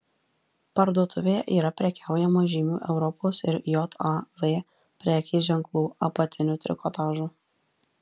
parduotuvėje yra prekiaujama žymių europos ir jav prekės ženklų apatiniu trikotažu